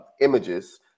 images